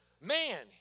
man